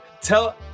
tell